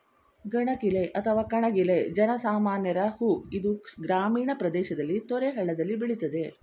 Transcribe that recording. ಗಣಗಿಲೆ ಅಥವಾ ಕಣಗಿಲೆ ಜನ ಸಾಮಾನ್ಯರ ಹೂ ಇದು ಗ್ರಾಮೀಣ ಪ್ರದೇಶದಲ್ಲಿ ತೊರೆ ಹಳ್ಳದಲ್ಲಿ ಬೆಳಿತದೆ